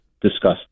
discussed